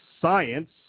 science